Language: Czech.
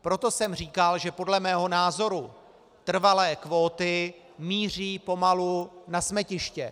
Proto jsem říkal, že podle mého názoru trvalé kvóty míří pomalu na smetiště.